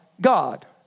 God